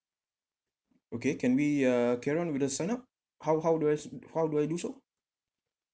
okay can we uh carry on with the sign how how do I s~ how do I do so